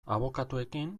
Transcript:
abokatuekin